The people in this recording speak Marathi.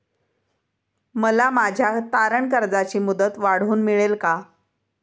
मला माझ्या तारण कर्जाची मुदत वाढवून मिळेल का?